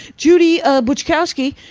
judy ah butchkowski